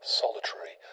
solitary